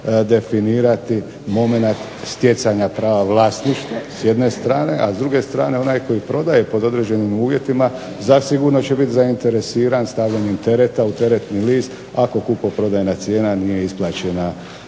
definirati momenat stjecanja prava vlasništva s jedne strane, a s druge strane onaj koji prodaje pod određenim uvjetima zasigurno će biti zainteresiran stavljanjem tereta u teretni list ako kupoprodajna cijena nije isplaćena